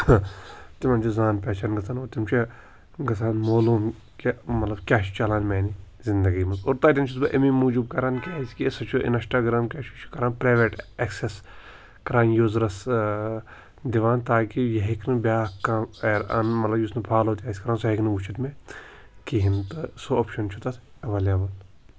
تِمن چھُ زان پہچان گژھان اور تِم چھِ گژھان مولوٗم کہِ مطلب کیٛاہ چھُ چلان میانہِ زندگی منٛز اور تَتٮ۪ن چھُس بہٕ اَمی موٗجوٗب کران کیٛازِ کہِ سُہ چھُ اِنٛسٹاگرٛام کیٛاہ چھُ کران پرٛٮ۪ویٹ ایٚکسٮ۪س کران یوٗزرَس دِوان تاکہِ یہِ ہیٚکہِ نہٕ بیٛاکھ کانٛہہ اَنُن مطلب یُس نہٕ فالو تہِ آسہِ کران سُہ ہٮ۪کہِ نہٕ وُچھِتھ مےٚ کِہیٖنۍ تہٕ سُہ اوٚپشن چھُ تَتھ ایولیبل